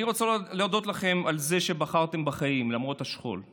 אני רוצה להודות לכם על זה שבחרתם בחיים למרות השכול.